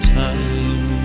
time